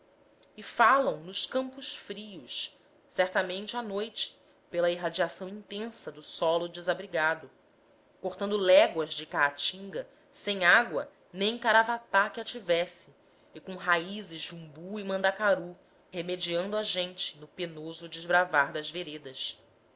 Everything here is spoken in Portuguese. e falam nos campos frios certamente à noite pela irradiação intensa do solo desabrigado cortando léguas de caatinga sem água nem caravatá que a tivesse e com raízes de umbu e mandacaru remediando a gente no penoso desbravar das veredas